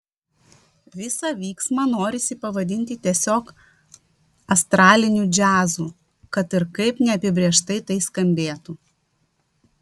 visą vyksmą norisi pavadinti tiesiog astraliniu džiazu kad ir kaip neapibrėžtai tai skambėtų